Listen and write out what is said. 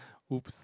oops